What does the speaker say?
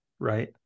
right